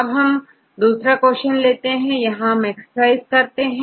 अब हम दूसरा क्वेश्चन लेते हैं यहां हम एक्सरसाइज करते हैं